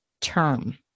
term